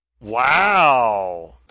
Wow